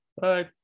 bye